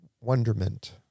wonderment